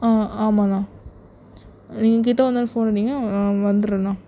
ஆ ஆமாண்ணா நீங்கள் கிட்டே வந்தோவுன்ன ஃபோன் அடிங்க நான் வந்துடறேண்ணா